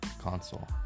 console